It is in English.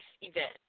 event